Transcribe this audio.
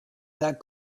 that